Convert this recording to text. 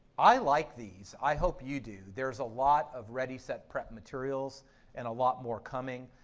i like these. i hope you do. there's a lot of ready set prep materials and a lot more coming.